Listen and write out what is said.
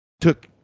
took